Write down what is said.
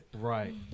Right